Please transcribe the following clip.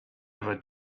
ever